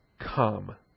Come